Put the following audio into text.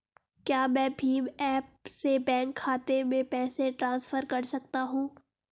क्या मैं भीम ऐप से बैंक खाते में पैसे ट्रांसफर कर सकता हूँ?